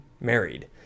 married